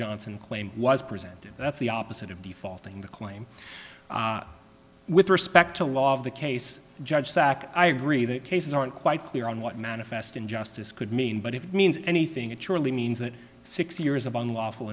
johnson claim was presented that's the opposite of defaulting the claim with respect to law of the case judge sac i agree that cases aren't quite clear on what manifest injustice could mean but if it means anything it surely means that six years of unlawful